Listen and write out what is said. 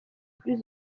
plus